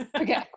Okay